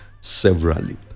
severally